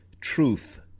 truth